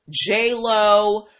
J-Lo